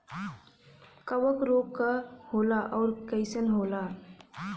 कवक रोग का होला अउर कईसन होला?